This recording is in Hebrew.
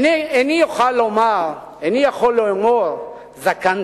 איני יכול לאמור זקנתי,